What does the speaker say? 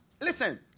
Listen